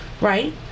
right